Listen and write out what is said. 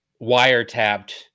wiretapped